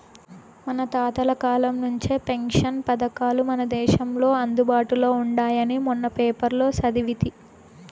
మన తాతల కాలం నుంచే పెన్షన్ పథకాలు మన దేశంలో అందుబాటులో ఉండాయని మొన్న పేపర్లో సదివితి